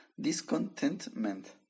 Discontentment